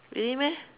really meh